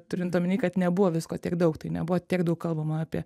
turint omeny kad nebuvo visko tiek daug tai nebuvo tiek daug kalbama apie